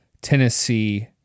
Tennessee